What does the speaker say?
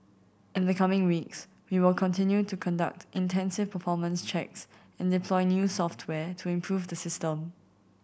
in the coming weeks we will continue to conduct intensive performance checks and deploy new software to improve the system